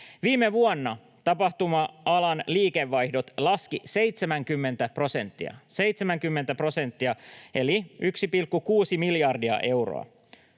Viime vuonna tapahtuma-alan liikevaihdot laskivat 70 prosenttia — 70 prosenttia eli 1,6 miljardia euroa.